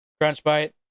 Crunchbite